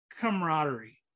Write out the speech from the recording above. camaraderie